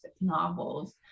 novels